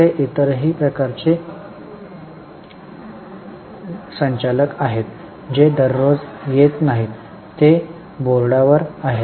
असे इतरही प्रकारचे संचालक आहेत जे दररोज येत नाहीत ते बोर्डावर आहेत